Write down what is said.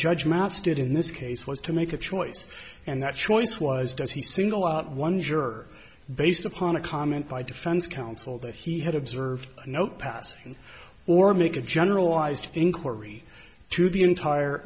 judge matsch did in this case was to make a choice and that choice was does he single out one juror based upon a comment by defense counsel that he had observed no passing or make a generalized inquiry to the entire